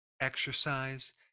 Exercise